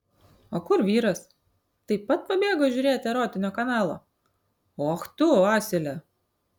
o kur vyras taip pat pabėgo žiūrėti erotinio kanalo och tu asile